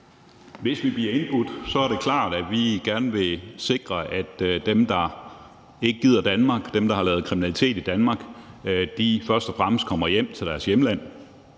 Hvis vi bliver indbudt, er det klart, at vi gerne vil sikre, at dem, der ikke gider Danmark, dem, der har lavet kriminalitet i Danmark, først og fremmest kommer hjem til deres hjemland,